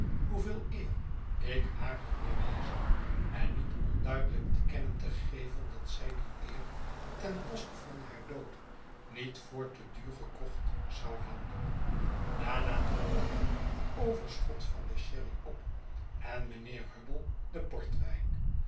hoeveel eer ik haar had bewezen en niet onduidelijk te kennen te geven dat zij die eer ten koste van haar dood niet voor te duur gekocht zou houden daarna dronk hij het overschot van den sherry op en mijnheer hubble den portwijn